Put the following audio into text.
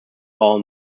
all